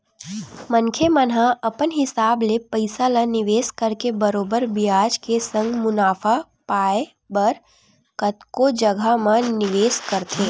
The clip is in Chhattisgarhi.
मनखे मन ह अपन हिसाब ले पइसा ल निवेस करके बरोबर बियाज के संग मुनाफा पाय बर कतको जघा म निवेस करथे